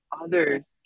others